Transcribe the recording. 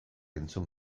entzun